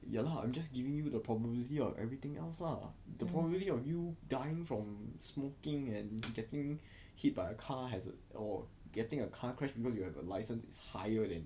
ya lah I'm just giving you the probability of everything else lah the probability of you dying from smoking and getting hit by a car has a or getting a car crash because you have a licence is higher than